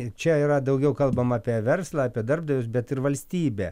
čia yra daugiau kalbama apie verslą apie darbdavius bet ir valstybę